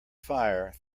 fire